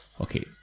Okay